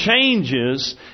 changes